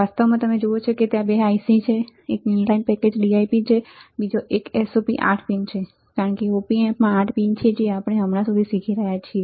વાસ્તવમાં તમે જુઓ છો કે ત્યાં 2 IC છે એક બે ઇનલાઇન પેકેજ DIP છે બીજો એક SOP 8 પિન છે કારણ કે op amp માં 8 પિન છે જે આપણે હમણાં સુધી શીખી રહ્યા છીએ